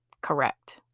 correct